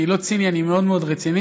אני לא ציני, אני מאוד מאוד רציני.